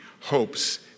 hopes